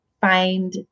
find